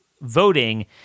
voting